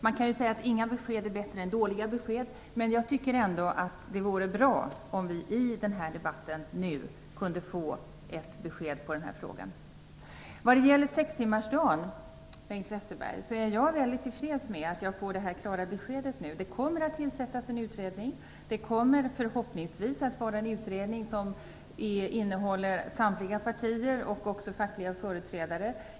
Man kan ju säga att inga besked är bättre än dåliga besked, men jag tycker ändå att det vore bra om vi nu i denna debatt kunde få ett besked i den frågan. Jag är väldigt tillfreds med att jag nu fått ett klart besked vad gäller sextimmarsdagen, Bengt Westerberg. Det kommer att tillsättas en utredning. Det kommer förhoppningsvis att vara en utredning som innehåller representanter från samtliga partier och också fackliga företrädare.